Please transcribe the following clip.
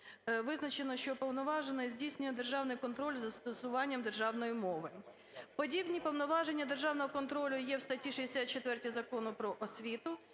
визначено, що уповноважений здійснює державний контроль із застосування державної мови. Подібні повноваження державного контролю є у статті 64 Закону "Про освіту",